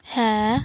ਹੈ